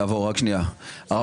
אני